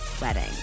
wedding